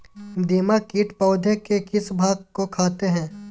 दीमक किट पौधे के किस भाग को खाते हैं?